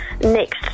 next